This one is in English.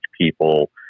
people